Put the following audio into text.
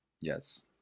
Yes